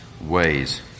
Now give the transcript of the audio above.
ways